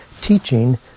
teaching